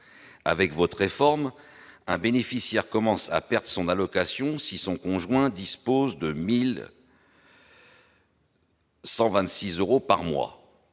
par votre réforme, un bénéficiaire commencera à perdre de son allocation si son conjoint dispose d'un revenu de 1 126 euros par mois.